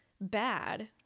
bad